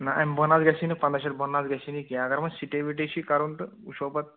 نہَ اَمہِ بۄن حظ گژھِی نہٕ پنٛداہ شیٚتھ بۄن حظ گژھِی نہٕ کیٚنٛہہ اگر وۄنۍ سِٹے وِٹے چھُے کَرُن تہٕ وُچھو پَتہٕ